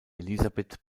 elisabeth